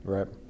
Right